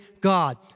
God